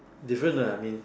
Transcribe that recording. different lah I mean